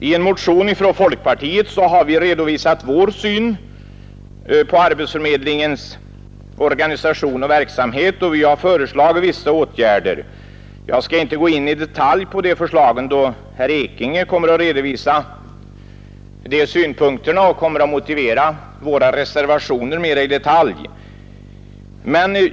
I en motion från folkpartiet har vi redovisat vår syn på arbetsförmedlingens organisation och verksamhet, och vi har föreslagit vissa åtgärder. Jag skall inte gå in i detalj på dessa förslag, då herr Ekinge kommer att redovisa dessa synpunkter och kommer att motivera våra reservationer mera i detalj.